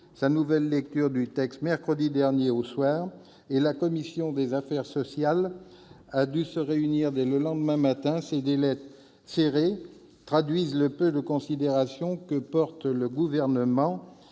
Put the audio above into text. sa nouvelle lecture mercredi dernier au soir, et la commission des affaires sociales du Sénat a dû se réunir dès le lendemain matin. Ces délais serrés traduisent le peu de considération que porte le Gouvernement